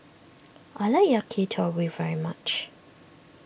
I like Yakitori very much